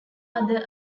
other